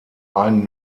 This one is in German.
ein